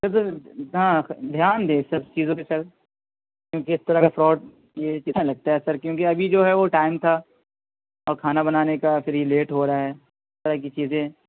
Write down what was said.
اچھا سر دھیان دیں سر چیزوں پہ سر کیوںکہ اس طرح کا فراڈ کتنا لگتا ہے کیوںکہ ابھی جو ہے وہ ٹائم تھا اور کھانا بنانے کا پھر یہ لیٹ ہورہا ہے اس طرح کی چیزیں